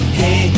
hey